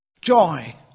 Joy